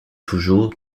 toujours